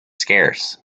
scarce